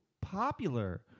popular